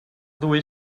ddwy